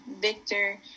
victor